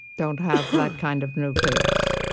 don't have that kind of nucleus.